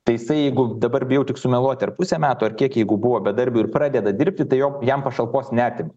tai jisai jeigu dabar bijau tik sumeluoti ar pusę metų ar kiek jeigu buvo bedarbiu ir pradeda dirbti tai jo jam pašalpos neatima